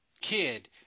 kid